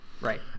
right